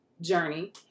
journey